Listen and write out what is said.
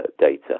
data